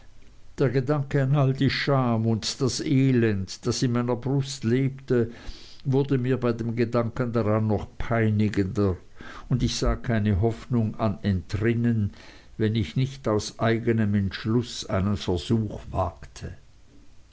der gedanke an all die scham und das elend das in meiner brust lebte wurde mir bei dem gedanken daran noch peinigender und ich sah keine hoffnung an entrinnen wenn ich nicht aus eignem entschluß einen versuch wagte